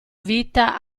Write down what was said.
vita